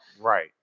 right